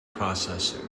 processing